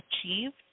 achieved